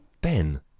Ben